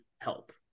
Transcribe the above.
help